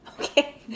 okay